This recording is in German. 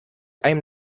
einem